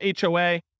HOA